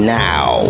now